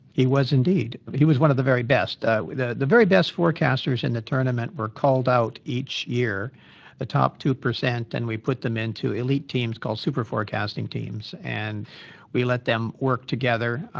he was, indeed. he was one of the very best. the the very best forecasters in the tournament were called out each year the top two percent and we put them into elite teams called superforecasting teams. and we let them work together.